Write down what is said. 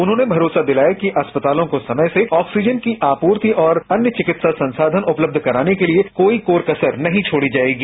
उन्होंने भरोसा दिलाया कि अस्पतालों को समय से ऑक्सीजन की आपूर्ति और अन्य चिकित्सा संसाधन उपलब्ध कराने के लिए कोई कोर कसर नहीं छोड़ी जाएगी